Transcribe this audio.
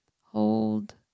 Hold